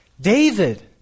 David